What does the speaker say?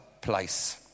place